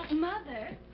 mother,